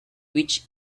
which